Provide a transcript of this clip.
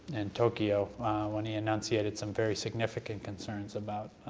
and tokyo when he enunciated some very significant concerns about,